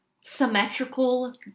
symmetrical